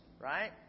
Right